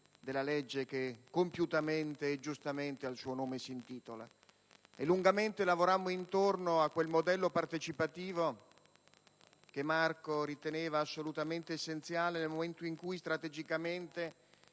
della legge che, compiutamente e giustamente, al suo nome si intitola. E lungamente lavorammo intorno a quel modello partecipativo che Marco riteneva assolutamente essenziale nel momento in cui strategicamente